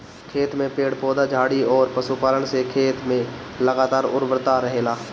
खेत में पेड़ पौधा, झाड़ी अउरी पशुपालन से खेत में लगातार उर्वरता रहेला